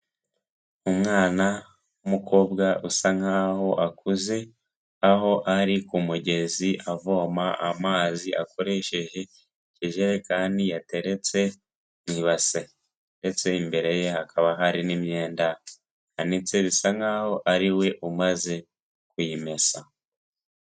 Umwana w'umukobwa usa nkaho akuze, aho ari ku mugezi avoma amazi akoresheje ikijerekani yateretse mu ibase, ndetse imbere ye hakaba hari n'imyenda ihanitse bisa nkaho ariwe umaze kuyimesa.